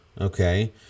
okay